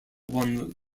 won